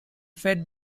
fed